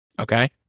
Okay